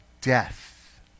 death